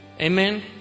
Amen